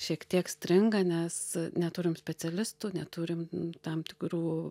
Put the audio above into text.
šiek tiek stringa nes neturim specialistų neturim tam tikrų